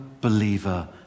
believer